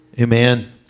amen